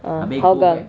ah hougang